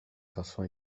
garçon